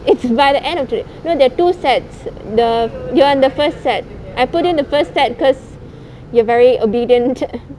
it's by the end of toda~ no there are two sets the you're on the first set I put in the first set because you're very obedient